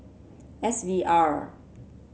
S V R